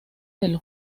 del